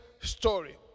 story